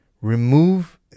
remove